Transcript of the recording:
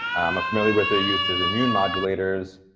i'm familiar with their use as immune modulators,